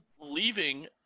Leaving